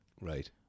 Right